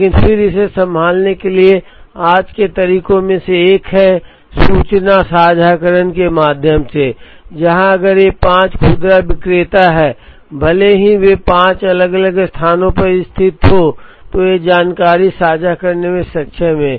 लेकिन फिर इसे संभालने के लिए आज के तरीकों में से एक है सूचना साझाकरण के माध्यम से जहां अगर ये पांच खुदरा विक्रेता हैं भले ही वे पांच अलग अलग स्थानों पर स्थित हों तो वे जानकारी साझा करने में सक्षम हैं